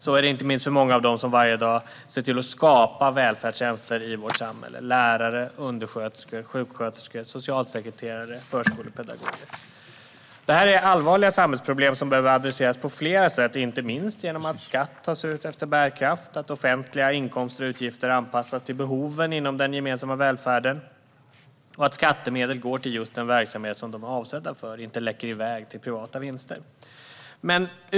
Så är det inte minst för många av dem som varje dag ser till att skapa välfärdstjänster i vårt samhälle, som lärare, undersköterskor, sjuksköterskor, socialsekreterare och förskolepedagoger. Detta är allvarliga samhällsproblem som behöver adresseras på flera sätt, inte minst genom att skatt tas ut efter bärkraft, genom att offentliga inkomster och utgifter anpassas till behoven inom den gemensamma välfärden och genom att skattemedel går till just den verksamhet de är avsedda för i stället för att läcka iväg till privata vinster.